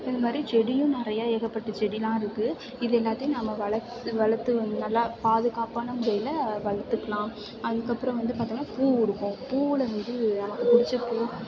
இந்த மாதிரி செடியும் நிறையா ஏகப்பட்ட செடியெலாம் இருக்குது இது எல்லாத்தையும் நம்ம வளர்த்து வளர்த்து நல்லா பாதுகாப்பான முறையில் வளர்த்துக்கலாம் அதுக்கப்புறம் வந்து பார்த்தோன்னா பூ இருக்கும் பூவில் வந்து எனக்கு பிடிச்ச பூ